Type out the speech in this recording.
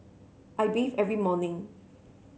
I bathe every morning